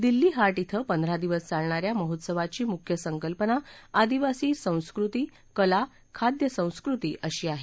दिल्ली हाट कें पंधरा दिवस चालणाऱ्या महोत्सवाची मुख्य संकल्पना आदिवासी संस्कृती कला खाद्यसंस्कृती अशी आहे